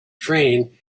train